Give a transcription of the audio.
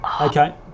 Okay